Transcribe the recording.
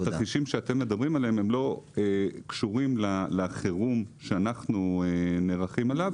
התרחישים שאתם מדברים עליהם הם לא קשורים לחירום שאנחנו נערכים אליו,